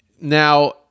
Now